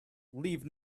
leave